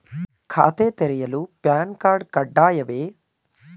ಖಾತೆ ತೆರೆಯಲು PAN card ಕಡ್ಡಾಯವೇ?